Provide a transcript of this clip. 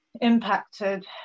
impacted